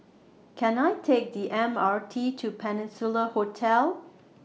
Can I Take The M R T to Peninsula Hotel